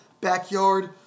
backyard